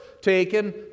taken